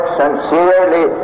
sincerely